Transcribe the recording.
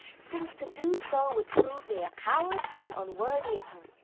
since to do so would prove me a coward and unworthy of her.